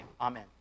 amen